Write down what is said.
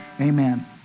Amen